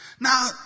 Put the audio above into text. Now